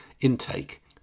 intake